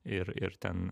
ir ir ten